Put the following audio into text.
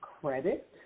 credit